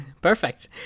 perfect